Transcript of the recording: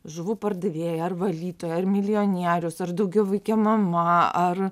žuvų pardavėją ar valytoja ar milijonierius ar daugiavaikė mama ar